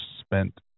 spent